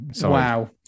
Wow